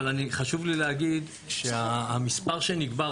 אבל חשוב לי להגיד שהמספר שנקבע,